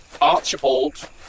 Archibald